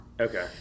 Okay